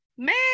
man